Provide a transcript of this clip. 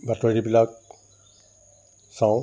বাতৰিবিলাক চাওঁ